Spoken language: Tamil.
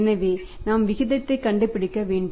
எனவே நாம் விகிதத்தை கண்டுபிடிக்க வேண்டும்